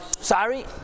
Sorry